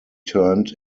turned